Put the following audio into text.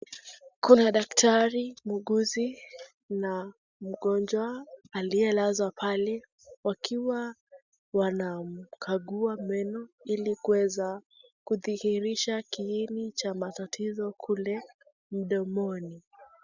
kuna daktari muuguzi na mgonjwa aliyelazwa pale wakiwa wanamkagua meno ili kuweza kudhihirisha kiini cha matatizo kule mdomoni